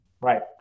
Right